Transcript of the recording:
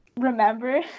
remember